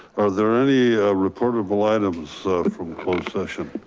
are there any reportable items from closed session?